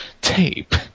tape